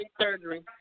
surgery